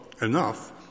enough